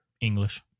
English